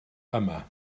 yma